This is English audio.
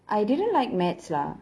I didn't like mathematics lah